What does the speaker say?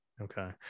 okay